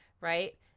right